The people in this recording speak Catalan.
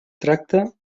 tracta